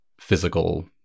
physical